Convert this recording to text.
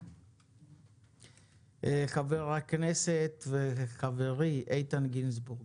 חבר הכנסת וחברי, איתן גינזבורג.